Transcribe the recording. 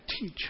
teach